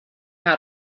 how